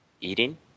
eating